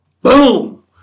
Boom